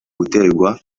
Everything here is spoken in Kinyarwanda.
guterwa